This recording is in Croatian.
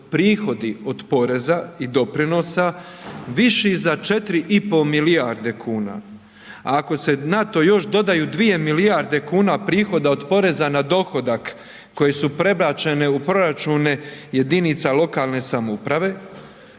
prihodi od poreza i doprinosa viši za 4,5 milijarde kuna, ako se na to još dodaju 2 milijarde kuna prihoda od poreza na dohodak koje su prebačene u jedinica lokalne samouprave